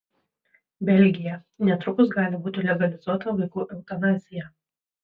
belgija netrukus gali būti legalizuota vaikų eutanazija